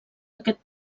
aquest